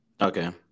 okay